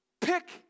pick